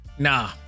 Nah